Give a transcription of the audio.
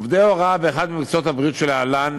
עובדי הוראה באחד ממקצועות הבריאות שלהלן,